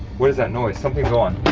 what is that noise? something's on.